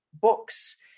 books